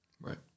Right